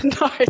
No